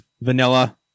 vanilla